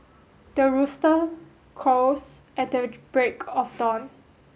the rooster crows at the break of dawn